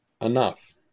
enough